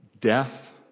death